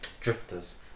Drifters